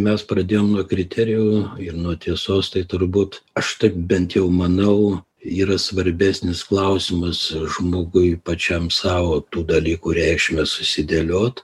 mes pradėjom nuo kriterijų ir nuo tiesos tai turbūt aš taip bent jau manau yra svarbesnis klausimas žmogui pačiam sau tų dalykų reikšmę susidėliot